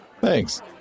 Thanks